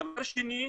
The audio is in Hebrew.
דבר שני,